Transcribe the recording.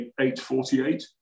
848